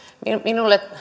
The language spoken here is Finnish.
minulle